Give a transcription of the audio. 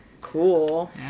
cool